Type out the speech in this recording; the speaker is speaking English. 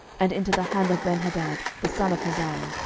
and into the hand of benhadad the son of hazael,